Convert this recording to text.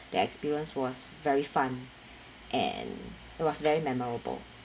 the experience was very fun and it was very memorable